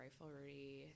riflery